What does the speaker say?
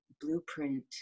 blueprint